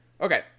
Okay